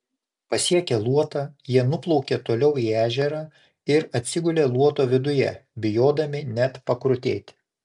pasiekę luotą jie nuplaukė toliau į ežerą ir atsigulė luoto viduje bijodami net pakrutėti